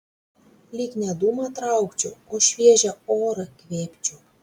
lyg ne dūmą traukčiau o šviežią orą kvėpčiau